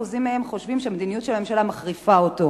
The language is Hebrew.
40% מהם חושבים שהמדיניות של הממשלה מחריפה אותו.